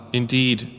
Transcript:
indeed